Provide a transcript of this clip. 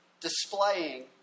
displaying